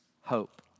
hope